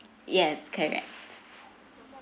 yes correct